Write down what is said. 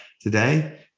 today